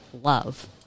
love